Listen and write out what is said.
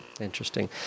Interesting